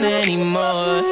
anymore